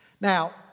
Now